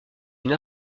une